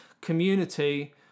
community